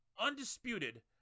undisputed